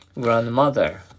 grandmother